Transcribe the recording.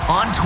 on